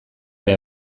ere